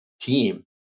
team